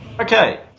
Okay